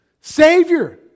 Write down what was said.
Savior